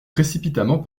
précipitamment